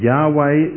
Yahweh